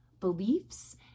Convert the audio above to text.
beliefs